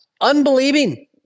unbelieving